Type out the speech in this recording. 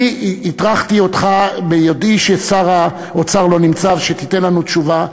אני הטרחתי אותך ביודעי ששר האוצר לא נמצא ושתיתן לנו תשובה.